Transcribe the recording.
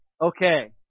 okay